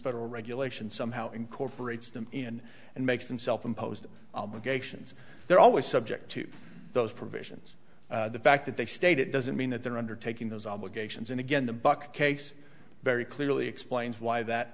federal regulations somehow incorporates them in and makes them self imposed obligations they're always subject to those provisions the fact that they state it doesn't mean that they're undertaking those obligations and again the buck case very clearly explains why that